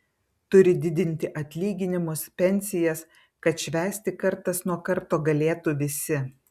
turi didinti atlyginimus pensijas kad švęsti kartas nuo karto galėtų visi